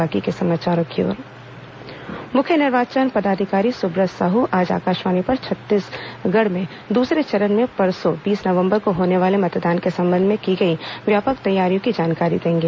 बातों बातों में मुख्य निर्वाचन पदाधिकारी सुब्रत साहू आज आकाशवाणी पर छत्तीसगढ़ में दूसरे चरण में परसो बीस नवंबर को होने वाले मतदान के संबंध में की गई व्यापक तैयारियों की जानकारी देंगे